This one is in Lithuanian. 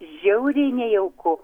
žiauriai nejauku